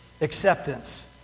acceptance